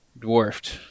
dwarfed